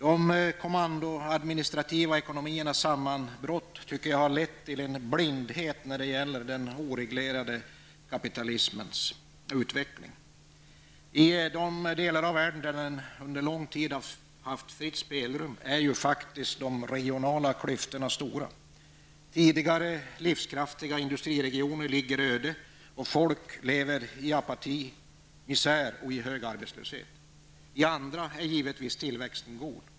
De kommandoadministrativa ekonomiernas sammanbrott har, tycker jag, lett till blindhet när det gäller den oreglerade kapitalismens utveckling. I de delar av världen där den under lång tid har haft fritt spelrum är de regionala klyftorna stora. Tidigare livskraftiga industriregioner ligger öde och folk lever i apati, misär och hög arbetslöshet. I andra är givetvis tillväxten god.